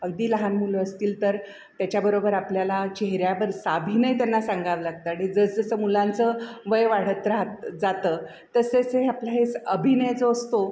अगदी लहान मुलं असतील तर त्याच्याबरोबर आपल्याला चेहऱ्यावर साभिनय त्यांना सांगावं लागतं आणि जसं जसं मुलांचं वय वाढत राहत जातं तसेच हे आपलं हे अभिनय जो असतो